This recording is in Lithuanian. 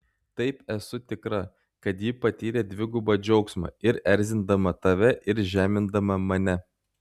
taip esu tikra kad ji patyrė dvigubą džiaugsmą ir erzindama tave ir žemindama mane